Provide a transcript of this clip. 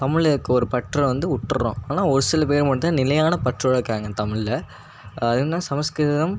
தமிழுக்கு ஒரு பற்றை வந்து விட்டுர்றோம் ஆனால் ஒரு சில பேர் மட்டும் தான் நிலையான பற்றோட இருக்காங்கள் தமிழ்ல அதென்ன சமஸ்கிருதம்